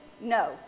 no